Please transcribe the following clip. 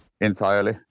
entirely